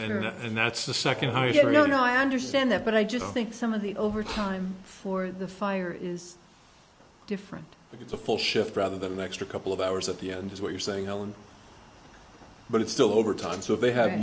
internet and that's the second highest ever no no i understand that but i just think some of the overtime for the fire is different but it's a full shift rather than an extra couple of hours at the end is what you're saying helen but it's still over time so if they ha